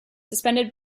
suspended